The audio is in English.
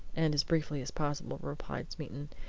and as briefly as possible, replied smeaton.